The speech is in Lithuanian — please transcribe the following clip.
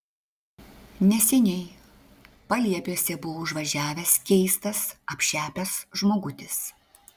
neseniai paliepiuose buvo užvažiavęs keistas apšepęs žmogutis